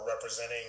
representing